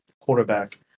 quarterback